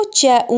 c'è